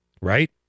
right